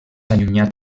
allunyat